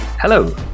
Hello